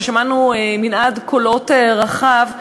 ששמענו מין הד קולות רחב,